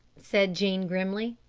said jean grimly.